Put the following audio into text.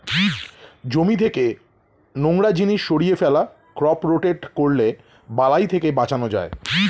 জমি থেকে নোংরা জিনিস সরিয়ে ফেলা, ক্রপ রোটেট করলে বালাই থেকে বাঁচান যায়